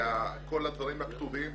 כל הדברים הכתובים נעלמו.